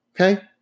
Okay